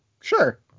sure